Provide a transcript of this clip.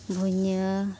ᱵᱷᱩᱭᱟᱹ